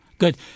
Good